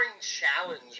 challenge